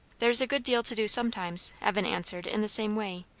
there's a good deal to do sometimes, evan answered in the same way,